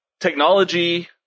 technology